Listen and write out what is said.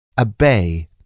Obey